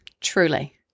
truly